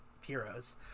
heroes